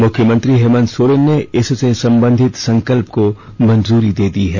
मुख्यमंत्री हेमंत सोरेन ने इससे संबंधित संकल्प को मंजूरी दे दी है